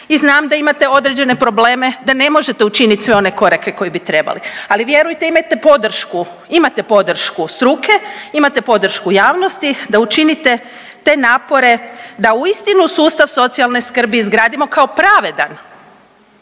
i znam da imate određene probleme da ne možete učiniti sve one korake koji bi trebali, ali vjerujte imajte podršku, imate podršku struke, imate podršku javnosti da učinite te napore da uistinu sustav socijalne skrbi izgradimo kao pravedan,